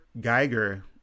Geiger